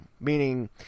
meaning